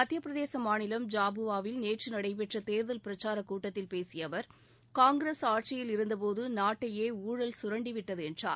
மத்தியபிரதேச மாநிலம் ஜாபுவாவில் நேற்று நடைபெற்ற தேர்தல் பிரச்சாரக் கூட்டத்தில் பேசிய அவர் காங்கிரஸ் ஆட்சியில் இருந்தபோது நாட்டையே ஊழல் சுரண்டிவிட்டது என்றார்